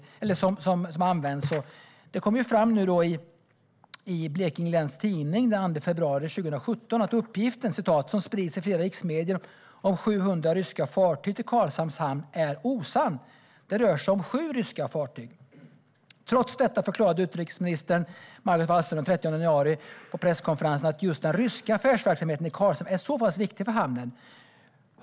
Den 2 februari 2017 kom det fram i Blekinge Läns Tidning att "uppgiften som sprids i flera riksmedier om 700 ryska fartyg till Karlshamns hamn är osann - det rör sig om sju ryska fartyg". Trots detta förklarade utrikesminister Margot Wallström på presskonferensen den 13 januari att just den ryska affärsverksamheten i Karlshamn är så viktig för hamnen.